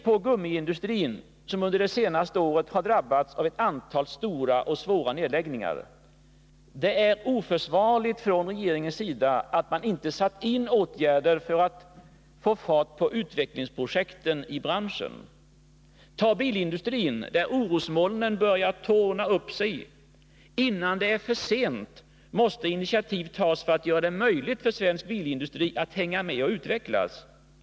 på gummiindustrin, som under det senaste året har drabbats av ett antal stora och svåra nedläggningar. Det är oförsvarligt att man från regeringens sida inte har satt in åtgärder för att få fart på utvecklingsprojekt i branschen. Ta bilindustrin, där orosmolnen börjar torna upp sig. Innan det är för sent måste initiativ tas för att göra det möjligt för svensk bilindustri att hänga med och utvecklas.